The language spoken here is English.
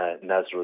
Nazareth